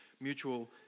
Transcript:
mutual